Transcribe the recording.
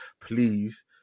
Please